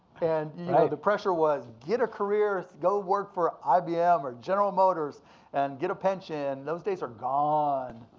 and you know the pressure was get a career. it's go work for ibm or general motors and get a pension. those days are gone.